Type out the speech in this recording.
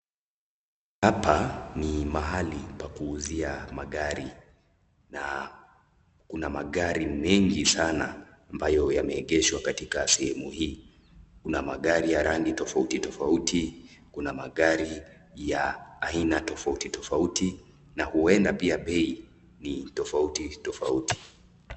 Hapa ni mahali pa kuuzia magari na kuna magari mengi sana ambayo yameegeshwa katika sehemu hii. Kuna magari ya rangi tofauti tofauti, kuna magari ya aina tofauti tofauti na huenda pia bei ni tofauti tofauti.